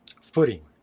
footing